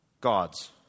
God's